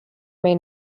may